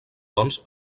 doncs